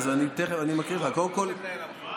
קודם כול,